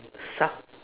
suck